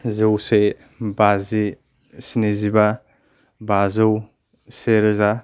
जौसे बाजि स्निजिबा बाजौ से रोजा